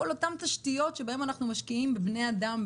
כל אותן תשתיות שבהן אנחנו משקיעים בבני אדם,